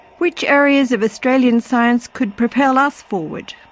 which areas of australian science could propel us forward?